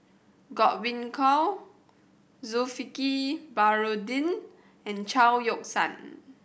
Godwin Koay Zulkifli Baharudin and Chao Yoke San